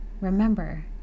Remember